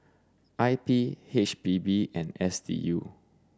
I P H P B and S D U